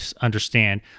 understand